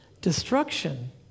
Destruction